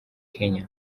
kenya